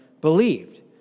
believed